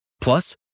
Plus